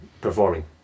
performing